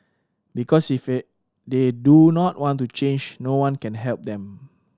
because if they do not want to change no one can help them